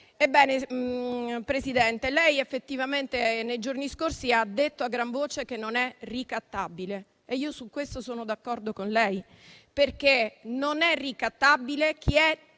Ebbene, Presidente, lei effettivamente nei giorni scorsi ha detto a gran voce che non è ricattabile e io su questo sono d'accordo con lei, perché non è ricattabile chi è